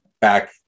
back